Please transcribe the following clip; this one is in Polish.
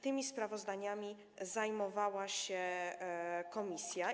Tymi sprawozdaniami zajmowała się komisja.